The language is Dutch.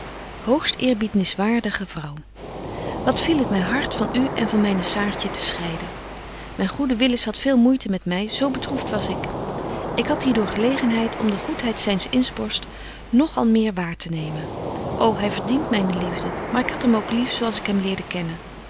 hoogsteerbiedniswaardige vrouw wat viel het my hart van u en van myne saartje te scheiden myn goede willis hadt veel moeite met my zo bedroeft was ik ik had hier door gelegenheid om de goedheid zyns inborst nog al meer waartenemen ô hy verdient myne liefde maar ik had hem ook lief zo als ik hem leerde kennen